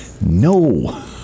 No